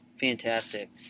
Fantastic